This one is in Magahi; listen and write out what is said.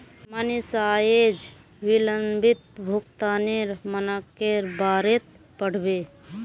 मनीषा अयेज विलंबित भुगतानेर मनाक्केर बारेत पढ़बे